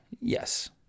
Yes